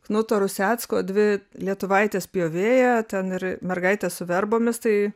knuto rusecko dvi lietuvaitės pjovėja ten ir mergaitė su verbomis tai